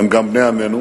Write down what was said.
גם הם בני עמנו,